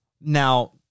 Now